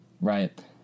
right